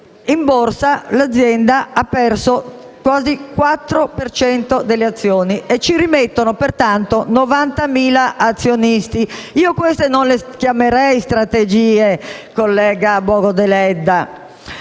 in borsa l'azienda ha perso quasi il 4 per cento delle azioni e ci rimettono pertanto 90.000 azionisti. Io, queste, non le chiamerei strategie, collega Bogo Deledda.